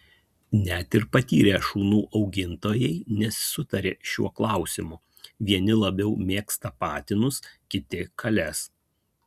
net ir patyrę šunų augintojai nesutaria šiuo klausimu vieni labiau mėgsta patinus kiti kales